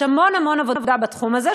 יש המון המון עבודה בתחום הזה,